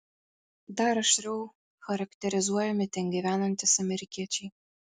dar aštriau charakterizuojami ten gyvenantys amerikiečiai